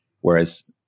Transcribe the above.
Whereas